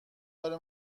داره